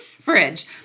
fridge